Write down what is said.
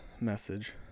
message